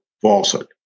falsehood